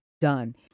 done